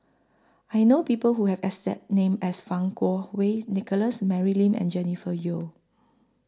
I know People Who Have exact name as Fang Kuo Wei Nicholas Mary Lim and Jennifer Yeo